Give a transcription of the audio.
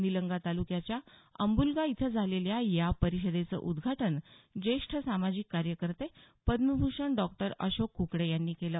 निलंगा तालुक्याच्या अंबुलगा इथं झालेल्या या परिषदेचं उद्घाटन ज्येष्ठ सामाजिक कार्यकर्ते पद्मभूषण डॉक्टर अशोक क्कडे यांनी केलं